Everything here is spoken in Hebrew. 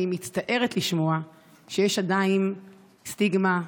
אני מצטערת לשמוע שיש עדיין סטיגמה,